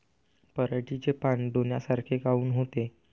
पराटीचे पानं डोन्यासारखे काऊन होते?